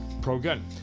pro-gun